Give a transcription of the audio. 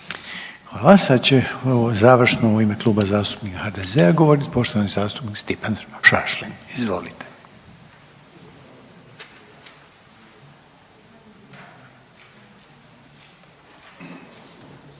Hvala. Sad će završno u ime Kluba HDZ-a govorit poštovani zastupnik Stipan Šašlin, izvolite.